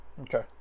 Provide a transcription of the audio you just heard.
okay